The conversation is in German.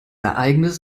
ereignis